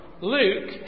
Luke